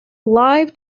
live